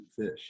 fish